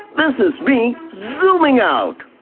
this is me zooming out!